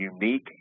unique